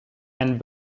and